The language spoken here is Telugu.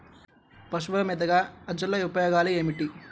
పశువుల మేతగా అజొల్ల ఉపయోగాలు ఏమిటి?